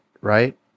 right